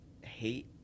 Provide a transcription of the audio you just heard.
hate